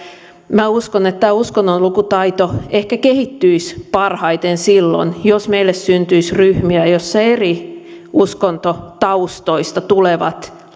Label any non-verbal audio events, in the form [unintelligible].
uskon että tämä uskonnonlukutaito ehkä kehittyisi parhaiten silloin jos meille syntyisi ryhmiä joissa eri uskontotaustoista tulevat [unintelligible]